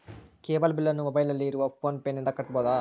Cable ಬಿಲ್ಲನ್ನು ಮೊಬೈಲಿನಲ್ಲಿ ಇರುವ ಫೋನ್ ಪೇನಿಂದ ಕಟ್ಟಬಹುದಾ?